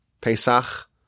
Pesach